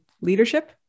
leadership